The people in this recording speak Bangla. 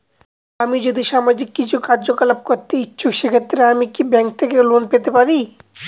আমি যদি সামাজিক কিছু কার্যকলাপ করতে ইচ্ছুক সেক্ষেত্রে আমি কি ব্যাংক থেকে লোন পেতে পারি?